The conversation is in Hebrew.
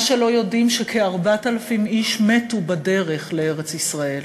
מה שלא יודעים, שכ-4,000 איש מתו בדרך לארץ-ישראל,